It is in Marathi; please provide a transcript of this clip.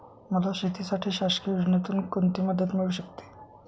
मला शेतीसाठी शासकीय योजनेतून कोणतीमदत मिळू शकते?